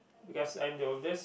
because I am the older